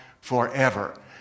forever